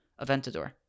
Aventador